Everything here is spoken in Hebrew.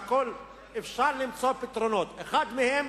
אפשר למצוא פתרונות, אחד מהם,